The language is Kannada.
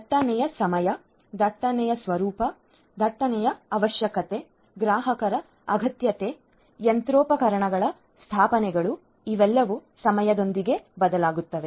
ಸಂಚಾರದ ಸಮಯ ಸಂಚಾರದ ಸ್ವರೂಪ ಸಂಚಾರದ ಅವಶ್ಯಕತೆಗಳು ಗ್ರಾಹಕರ ಅಗತ್ಯತೆಗಳು ಯಂತ್ರೋಪಕರಣಗಳ ಸ್ಥಾಪನೆಗಳು ಇವೆಲ್ಲವೂ ಸಮಯದೊಂದಿಗೆ ಬದಲಾಗುತ್ತವೆ